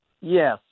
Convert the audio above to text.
Yes